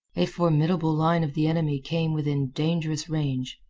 a formidable line of the enemy came within dangerous range.